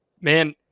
Man